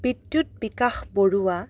Bidyut Bikash Barua